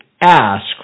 ask